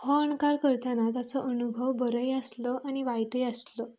हो अणकार करतना तेचो अणभव बरोय आसलो आनी वायटय आसलो